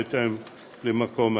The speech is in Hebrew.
בהתאם למקום ההתנדבות.